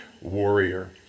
warrior